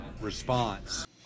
response